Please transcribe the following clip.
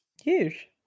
Huge